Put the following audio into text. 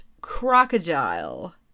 crocodile